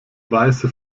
weiße